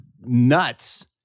nuts